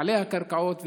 בעלי הקרקעות,